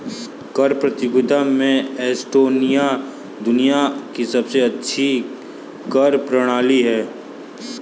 कर प्रतियोगिता में एस्टोनिया दुनिया की सबसे अच्छी कर प्रणाली है